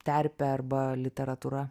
terpe arba literatūra